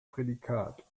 prädikat